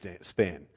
span